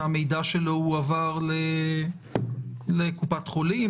שהמידע שלו הועבר לקופת חולים,